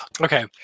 Okay